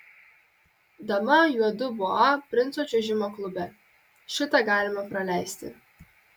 dama juodu boa princo čiuožimo klube šitą galima praleisti